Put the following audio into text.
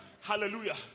Hallelujah